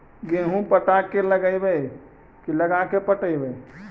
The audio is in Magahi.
गेहूं पटा के लगइबै की लगा के पटइबै?